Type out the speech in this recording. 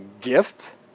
gift